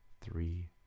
three